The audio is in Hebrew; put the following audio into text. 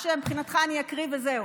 או שמבחינתך אני אקריא וזהו?